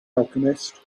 alchemist